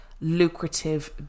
lucrative